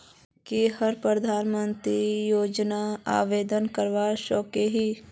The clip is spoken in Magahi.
की हमरा प्रधानमंत्री योजना आवेदन करवा सकोही?